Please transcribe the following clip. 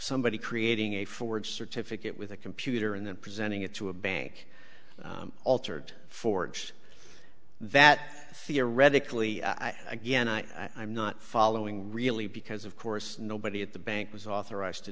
somebody creating a forward certificate with a computer and then presenting it to a bank altered forged that theoretically i guess i'm not following really because of course nobody at the bank was authorized to